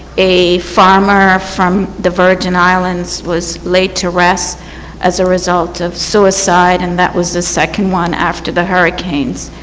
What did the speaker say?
a farmer from the virgin islands was laid to rest as a result of suicide and that was the second one after the hurricanes.